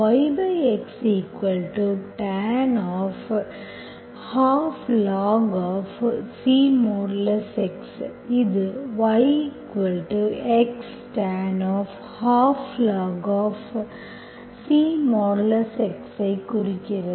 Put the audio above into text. YXtan 12log C Xஇது YX tan 12log C X ஐ குறிக்கிறது